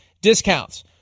discounts